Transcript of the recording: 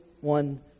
one